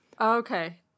Okay